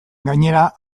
gainera